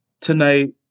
tonight